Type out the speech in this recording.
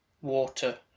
water